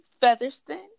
Featherston